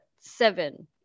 seven